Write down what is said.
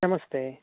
नमस्ते